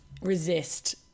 Resist